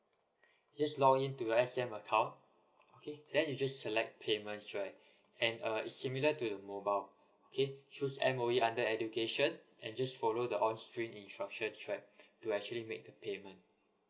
just login to S_A_M account okay then you just select payments right and uh is similar to the mobile okay choose M_O_E under education and just follow the on screen instruction right to actually make the payment